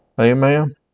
Amen